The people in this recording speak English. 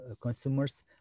consumers